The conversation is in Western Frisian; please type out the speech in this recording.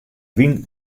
wyn